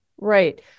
Right